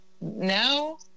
Now